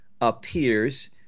appears